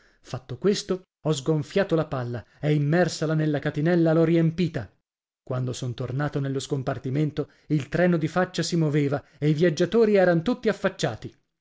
fatto questo ho sgonfiato la palla e immersala nella catinella l'ho riempita quando son tornato nello scompartimento il treno di faccia si moveva e i viaggiatori eran tutti affacciati